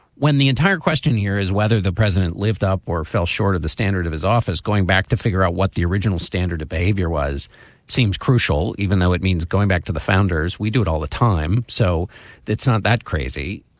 when the entire question here is whether the president lived up or fell short of the standard of his office, going back to figure out what the original standard of behavior was seems crucial, even though it means going back to the founders. we do it all the time. so that's not that crazy.